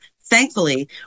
Thankfully